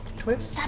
twist?